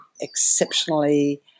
exceptionally